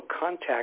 contact